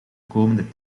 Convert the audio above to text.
komende